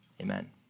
Amen